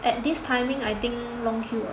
at this timing I think long queue ah